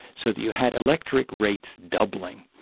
so that you had electric rates doubling.